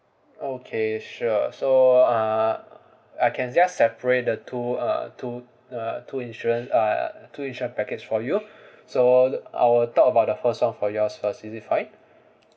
okay sure so uh I can just separate the two uh two uh two insurance uh two insurance package for you so I will talk about the first one for you all first is it fine